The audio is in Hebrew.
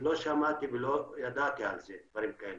לא שמעתי ולא ידעתי על הדברים האלה.